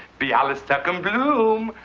bialystock and bloom?